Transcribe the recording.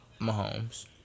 Mahomes